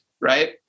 right